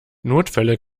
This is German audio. notfälle